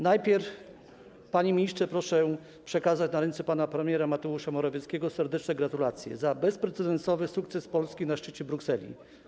Najpierw, panie ministrze, proszę przekazać na ręce pana premiera Mateusza Morawieckiego serdeczne gratulacje za bezprecedensowy sukces Polski na szczycie w Brukseli.